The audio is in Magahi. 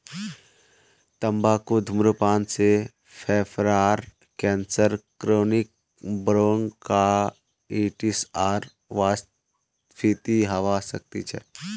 तंबाकू धूम्रपान से फेफड़ार कैंसर क्रोनिक ब्रोंकाइटिस आर वातस्फीति हवा सकती छे